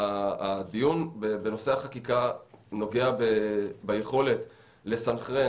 הדיון בנושא החקיקה נוגע ביכולת לסנכרן